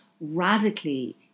radically